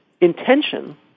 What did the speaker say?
intention